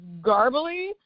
garbly